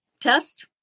Test